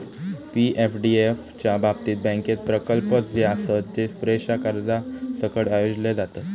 पी.एफडीएफ च्या बाबतीत, बँकेत प्रकल्प जे आसत, जे पुरेशा कर्जासकट आयोजले जातत